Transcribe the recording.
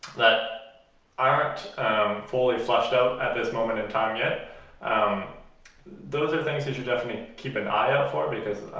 that aren't um fully flushed out at this in and time yet um those are things you should definitely keep an eye out for because